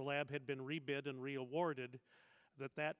the lab had been rebuilt in real warded that that